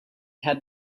had